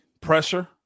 pressure